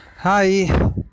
Hi